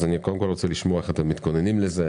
אני רוצה קודם כל לשמוע איך אתם מתכוננים לזה,